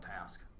task